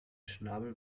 schnabel